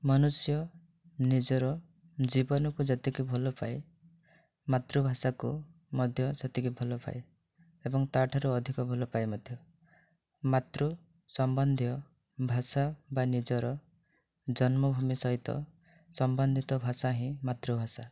ମନୁଷ୍ୟ ନିଜର ଜୀବନକୁ ଯେତିକି ଭଲ ପାଏ ମାତୃଭାଷାକୁ ମଧ୍ୟ ସେତିକି ଭଲ ପାଏ ଏବଂ ତାଠାରୁ ଅଧିକ ଭଲ ପାଏ ମଧ୍ୟ ମାତୃ ସମ୍ବନ୍ଧୀୟ ଭାଷା ବା ନିଜର ଜନ୍ମଭୂମି ସହିତ ସମ୍ବନ୍ଧିତ ଭାଷା ହିଁ ମାତୃଭାଷା